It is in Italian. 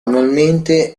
annualmente